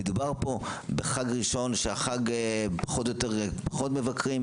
מדובר פה בחג ראשון כשבחג פחות מבקרים,